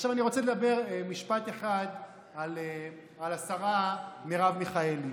אני רוצה לומר משפט אחד על השרה מרב מיכאלי.